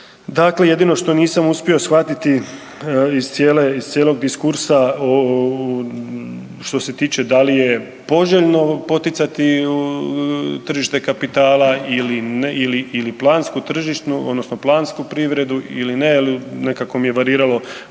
dakle jedino što nisam uspio shvatiti iz cijelog diskursa što se tiče da li je poželjno poticati tržište kapitala ili plansku tržišnu odnosno plansku privredu ili ne, ali nekako mi je variralo